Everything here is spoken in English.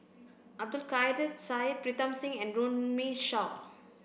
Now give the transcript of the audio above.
Abdul Kadir Syed Pritam Singh and Runme Shaw